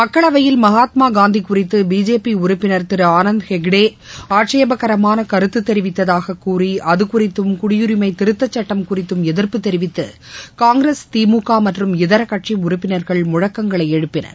மக்களவையில் மகாத்மாகாந்தி குறித்து பிஜேபி உறுப்பினர் திரு ஆனந்த் ஹெக்டே ஆட்சேபகரமான கருத்து தெரிவித்ததாக கூறி அதுகுறித்தும் குடியுரிஸ் திருத்த சட்டம் குறித்தும் எதிர்ப்பு தெரிவித்து காங்கிரஸ் திமுக மற்றும் இதர கட்சி உறுப்பினர்கள் முழக்கங்களை எழுப்பினர்